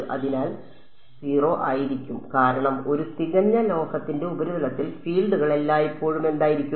അതിനാൽ 0 ആയിരിക്കും കാരണം ഒരു തികഞ്ഞ ലോഹത്തിന്റെ ഉപരിതലത്തിൽ ഫീൽഡുകൾ എല്ലായ്പ്പോഴും എന്തായിരിക്കും